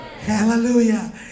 Hallelujah